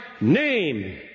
name